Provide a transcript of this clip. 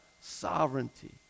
sovereignty